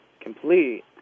complete